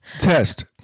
Test